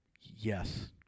Yes